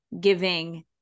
giving